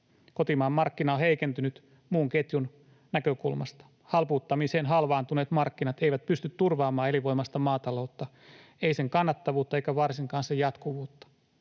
Kotimaan markkina on heikentynyt muun ketjun näkökulmasta. Halpuuttamiseen halvaantuneet markkinat eivät pysty turvaamaan elinvoimaista maataloutta, eivät sen kannattavuutta eivätkä varsinkaan sen jatkuvuutta.